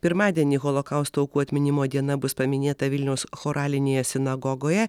pirmadienį holokausto aukų atminimo diena bus paminėta vilniaus choralinėje sinagogoje